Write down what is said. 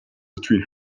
between